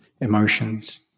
emotions